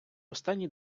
останній